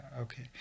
Okay